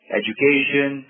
education